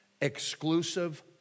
exclusive